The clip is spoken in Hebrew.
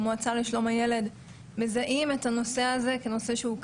שאנחנו מלווים מדי שנה מאות נפגעים ונפגעות.